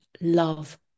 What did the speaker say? love